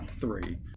three